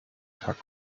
tag